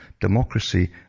Democracy